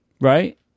right